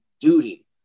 duty